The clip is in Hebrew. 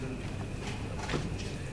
רצוני לשאול: